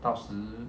到时